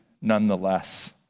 nonetheless